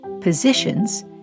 Positions